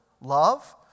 love